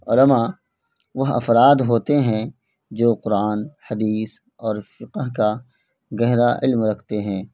علماء وہ افراد ہوتے ہیں جو قرآن حدیث اور فقہ کا گہرا علم رکھتے ہیں